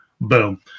Boom